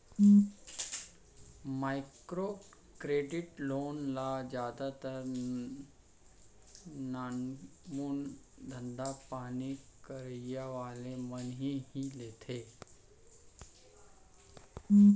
micro credit loan ल जादातर नानमून धंधापानी करइया वाले मन ह ही लेथे